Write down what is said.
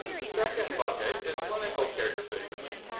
the second bucket is clinical care decisions.